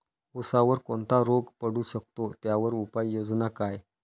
ऊसावर कोणता रोग पडू शकतो, त्यावर उपाययोजना काय?